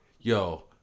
Yo